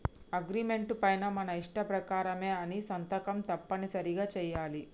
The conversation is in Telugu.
అగ్రిమెంటు పైన మన ఇష్ట ప్రకారమే అని సంతకం తప్పనిసరిగా చెయ్యాలి